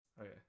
okay